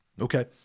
Okay